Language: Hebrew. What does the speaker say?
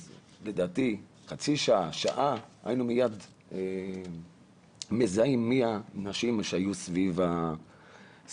אז לדעתי חצי שעה-שעה היינו מייד מזהים מי האנשים שהיו סביב החולים.